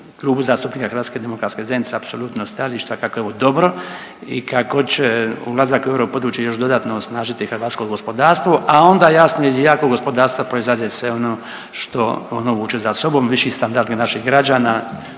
Klub zastupnika HDZ-a apsolutno stajališta kako je ovo dobro i kako će ulazak u europodručje još dodatno osnažiti hrvatsko gospodarstvo, a onda, jasno iz jakog gospodarstva proizlazi sve ono što ono vuče za sobom, viši standardi naših građana,